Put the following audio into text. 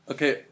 Okay